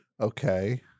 Okay